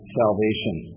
salvation